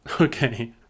Okay